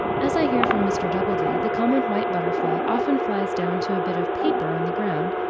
as i hear from mr. doubleday, the common white butterfly often flies down to a bit of paper on the ground,